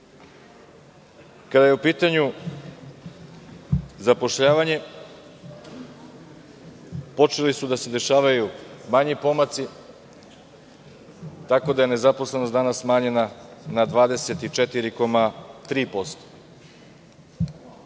dana. Kada je u pitanju zapošljavanje, počeli su da se dešavaju manji pomaci, tako da je nezaposlenost danas smanjena na 24,3%.